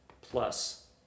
plus